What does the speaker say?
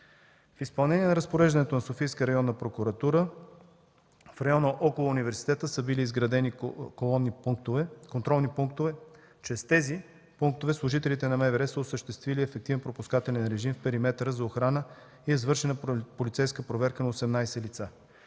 В изпълнение на разпореждането на Софийска районна прокуратура, в района около университета са били изградени контролни пунктове, чрез които служителите на МВР са осъществили ефективен пропускателен режим в периметъра за охрана и е извършена полицейска проверка на 18 лица.